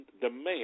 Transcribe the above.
demand